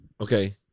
okay